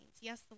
Yes